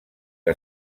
que